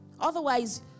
Otherwise